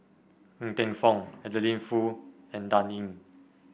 Ng Teng Fong Adeline Foo and Dan Ying